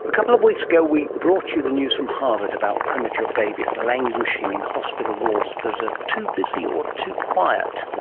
a couple of weeks ago we brought you the news from harvard about premature babies languishing in hospital wards that are too busy or too quiet.